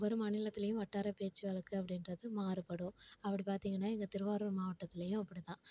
ஒவ்வொரு மாநிலத்துலயும் வட்டார பேச்சு வழக்கு அப்படின்றது மாறுபடும் அப்படி பார்த்திங்கனா எங்கள் திருவாரூர் மாவட்டத்துலயும் அப்படிதான்